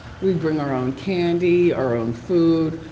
we'd bring our own candy, our own food,